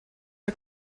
are